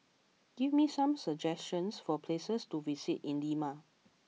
give me some suggestions for places to visit in Lima